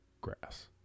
grass